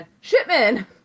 Shipman